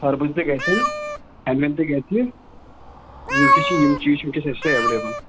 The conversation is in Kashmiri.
خربُز تہِ گژھن ہٮ۪نٛدوٮ۪نٛد تہِ گژھِ وٕنۍکٮ۪س چھِ یِم چیٖز چھِ وٕنۍکٮ۪س اَسہِ تہِ اٮ۪ولیبٕل